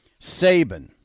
Saban